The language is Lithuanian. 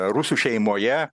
rusų šeimoje